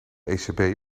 ecb